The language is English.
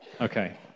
Okay